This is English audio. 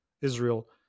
Israel